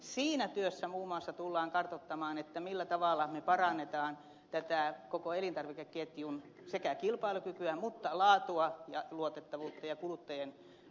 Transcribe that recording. siinä työssä muun muassa tullaan kartoittamaan millä tavalla me parannamme koko elintarvikeketjun sekä kilpailukykyä mutta laatua ja luotettavuutta ja kuluttajien luottamuksen säilyttämistä